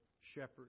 shepherd